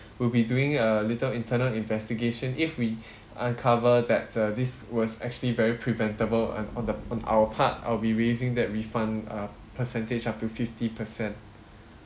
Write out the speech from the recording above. we'll be doing a little internal investigation if we uncover that uh this was actually very preventable and on the on our part I'll be raising that refund uh percentage up to fifty percent